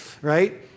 right